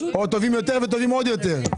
או טובים יותר וטובים עוד יותר.